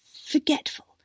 forgetful